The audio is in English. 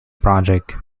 project